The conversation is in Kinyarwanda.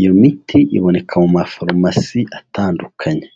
iyo miti iboneka mu maforumasi atandukanye.